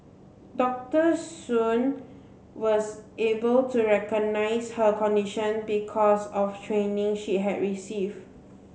Doctor Soon was able to recognise her condition because of training she had received